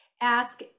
ask